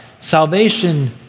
Salvation